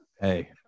hey